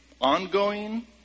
ongoing